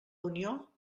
unió